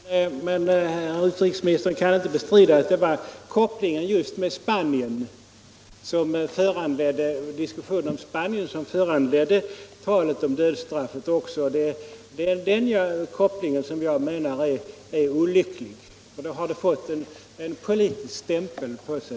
Fru talman! Men utrikesministern kan inte bestrida att det just var diskussionen om Spanien som föranledde talet om dödsstraffet. Det är den kopplingen jag menar är olycklig, för då har detta ärende fått en politisk stämpel på sig.